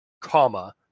Comma